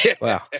wow